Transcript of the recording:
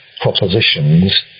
propositions